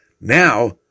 Now